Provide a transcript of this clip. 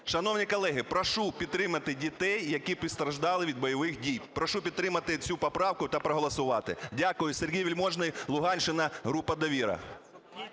Шановні колеги, прошу підтримати дітей, які постраждали від бойових дій. Прошу підтримати цю поправку та проголосувати. Дякую. Сергій Вельможний, Луганщина, група "Довіра".